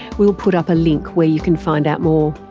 we'll put up a link where you can find out more.